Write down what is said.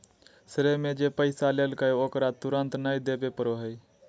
श्रेय में जे पैसा लेलकय ओकरा तुरंत नय देबे पड़ो हइ